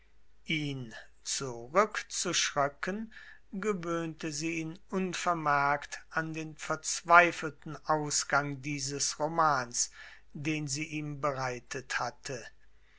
ihn zurückzuschröcken gewöhnte sie ihn unvermerkt an den verzweifelten ausgang dieses romans den sie ihm bereitet hatte